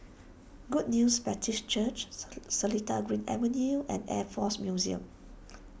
Good News Baptist Church's Seletar Green Avenue and Air force Museum